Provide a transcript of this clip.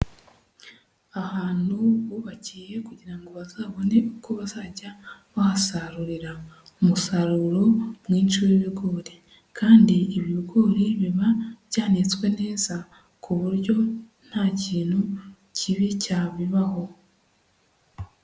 Ahantu bubakiye kugira ngo bazabone uko bazajya bahasarurira umusaruro mwinshi w'ibigori, kandi ibi bigori biba byanitswe neza ku buryo nta kintu kibi cyabibaho.